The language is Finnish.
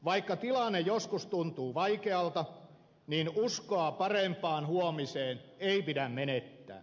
vaikka tilanne joskus tuntuu vaikealta niin uskoa parempaan huomiseen ei pidä menettää